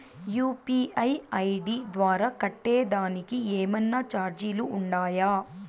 UPI ID ద్వారా కట్టేదానికి ఏమన్నా చార్జీలు ఉండాయా?